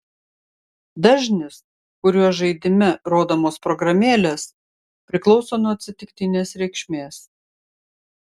dažnis kuriuo žaidime rodomos programėlės priklauso nuo atsitiktinės reikšmės